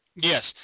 Yes